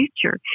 future